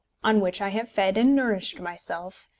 on which i have fed and nourished myself,